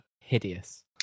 hideous